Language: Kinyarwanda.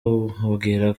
mubwira